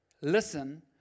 listen